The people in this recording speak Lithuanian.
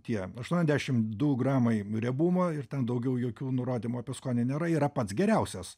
tie aštuoniasdešim du gramai riebumo ir ten daugiau jokių nurodymų apie skonį nėra yra pats geriausias